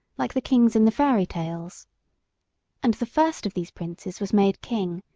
like the kings in the fairy tales and the first of these princes was made king,